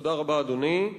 תודה רבה, אדוני.